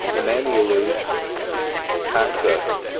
manually access.